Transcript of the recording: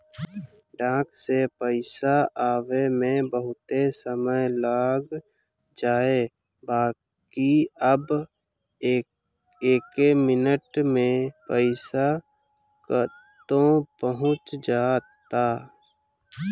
डाक से पईसा आवे में बहुते समय लाग जाए बाकि अब एके मिनट में पईसा कतो पहुंच जाता